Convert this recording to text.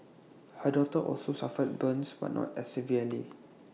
her daughter also suffered burns but not as severely